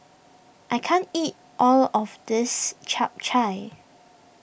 I can't eat all of this Chap Chai